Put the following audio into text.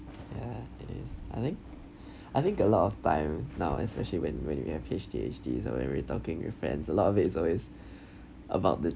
ya it is I think I think a lot of times now especially when when we have H_T_H_T or when we talking with friends a lot of it it's always about it